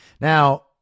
Now